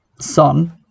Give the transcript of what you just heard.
son